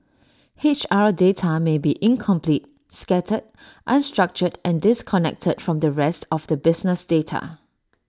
H R data may be incomplete scattered unstructured and disconnected from the rest of the business data